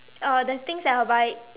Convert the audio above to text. uh the things that I'll buy